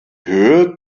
höhe